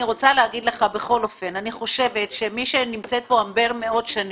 אני רוצה להגיד לך כמי שנמצא פה הרבה שנים,